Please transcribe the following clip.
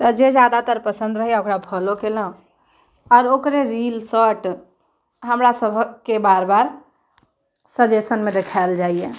तऽ जे जादातर पसन्द रहैए ओकरा फॉलो केलहुँ आओर ओकरे रील शॉर्ट्स हमरा सभक के बार बार सजेशन मे देखायल जाइए